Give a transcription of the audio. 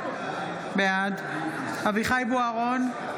בעד אביחי אברהם בוארון,